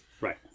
Right